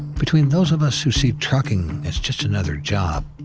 between those of us who see trucking as just another job,